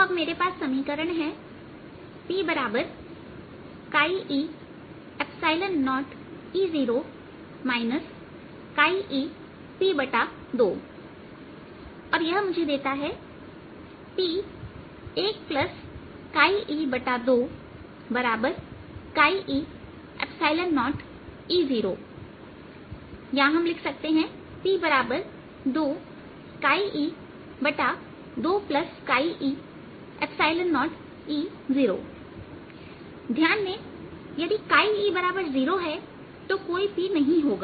तो अब मेरे पास समीकरण हैP e0E0 eP2 और यह मुझे देता है P122e0E0या P2e2e 0E0ध्यान दें कि यदि e0 है तो कोई P नहीं होगा